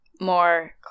more